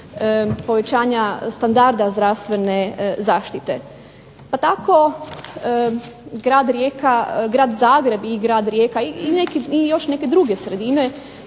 povećanja standarda zdravstvene zaštite. Pa tako Grad Zagreb i Grad Rijeka i još neke druge sredine